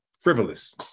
frivolous